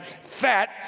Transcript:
fat